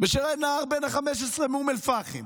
ושל הנער בן ה-15 מאום אל-פחם